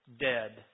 dead